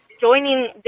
joining